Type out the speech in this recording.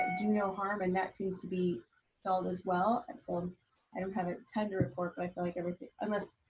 do no harm. and that seems to be stalled as well. and so um i don't have a ton to report, but i feel like everything unless,